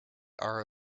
are